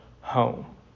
home